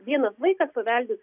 vienas vaikas paveldi